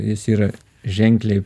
jis yra ženkliai